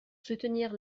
soutenir